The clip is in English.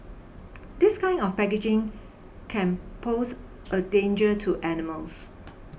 this kind of packaging can pose a danger to animals